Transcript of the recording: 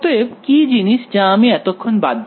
অতএব কি জিনিস যা আমি এতক্ষণ বাদ দিয়ে আসছি